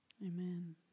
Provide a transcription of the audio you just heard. Amen